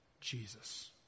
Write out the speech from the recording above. Jesus